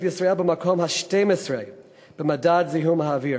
ישראל במקום ה-12 במדד זיהום האוויר.